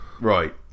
Right